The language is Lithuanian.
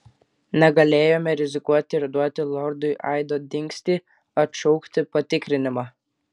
negalėjome rizikuoti ir duoti lordui aido dingstį atšaukti patikrinimą